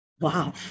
wow